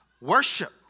Worship